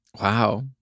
wow